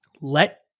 let